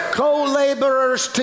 co-laborers